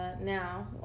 now